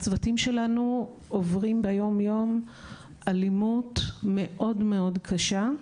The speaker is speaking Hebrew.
הצוותים שלנו עוברים ביום-יום אלימות מאוד מאוד קשה.